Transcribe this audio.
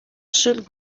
should